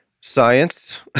science